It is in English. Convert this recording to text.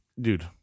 dude